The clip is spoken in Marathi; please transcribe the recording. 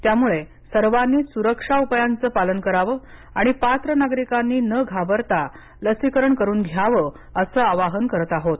त्यामुळे सर्वांनीच सुरक्षा उपायांचं पालन करावं आणि पात्र नागरिकांनी न घाबरता लसीकरण करून घ्यावं असं आवाहन करत आहोत